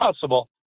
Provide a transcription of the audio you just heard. possible